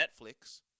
Netflix